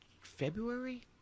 February